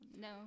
No